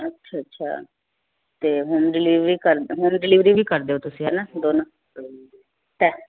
ਅੱਛਾ ਅੱਛਾ ਅਤੇ ਹੌਮ ਡਿਲੀਵਰੀ ਕਰ ਹੌਮ ਡਿਲੀਵਰੀ ਹੀ ਕਰ ਦਿਓ ਤੁਸੀਂ ਹਨਾ